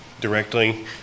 directly